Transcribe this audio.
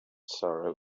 sorrow